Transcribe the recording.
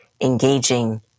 engaging